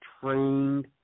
trained